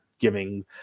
giving